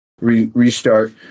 Restart